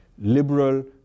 liberal